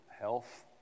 health